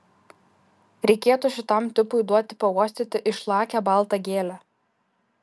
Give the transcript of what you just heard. reikėtų šitam tipui duoti pauostyti išlakią baltą gėlę